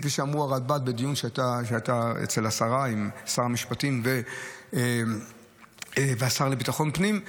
כפי שאמרו הרלב"ד בדיון שהיה אצל השרה עם שר המשפטים והשר לביטחון פנים.